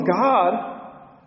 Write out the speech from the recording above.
God